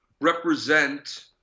represent